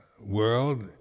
World